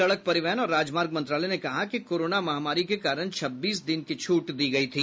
सड़क परिवहन और राजमार्ग मंत्रालय ने कहा कि कोरोना महामारी के कारण छब्बीस दिन की छूट दी गयी थी